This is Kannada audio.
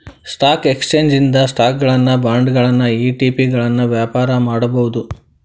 ಸ್ಟಾಕ್ ಎಕ್ಸ್ಚೇಂಜ್ ಇಂದ ಸ್ಟಾಕುಗಳನ್ನ ಬಾಂಡ್ಗಳನ್ನ ಇ.ಟಿ.ಪಿಗಳನ್ನ ವ್ಯಾಪಾರ ಮಾಡಬೋದು